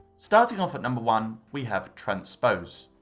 starting off at number one we have transpose.